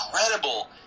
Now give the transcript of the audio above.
incredible